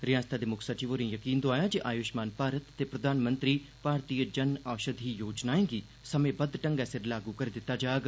रिआसतै दे मुक्ख सचिव होरें जकीन दोआया जे आयुषमान भारत ते प्रधानमंत्री भारतीय जन औषधि योजनाएं गी समें बद्ध ढंगै सिर लागू करी दित्ता जाग